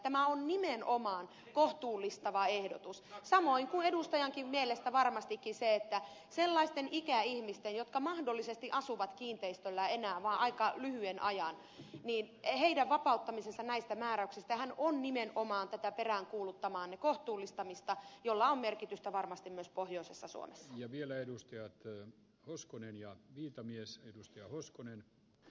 tämä on nimenomaan kohtuullistava ehdotus samoin kuin varmasti edustajankin mielestä se että sellaisten ikäihmisten jotka mahdollisesti asuvat kiinteistössään enää vain aika lyhyen ajan vapauttaminen näistä määräyksistä on nimenomaan tätä peräänkuuluttamaanne kohtuullistamista jolla on merkitystä varmasti myös pohjoisessa suomessa ja vielä edusti aitoja hoskonen ja viitamies ja hoskonen